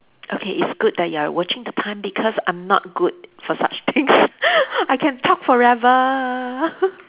okay it's good that you are watching the time because I'm not good for such things I can talk forever